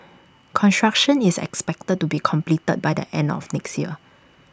construction is expected to be completed by the end of next year